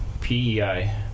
PEI